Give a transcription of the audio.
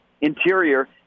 Interior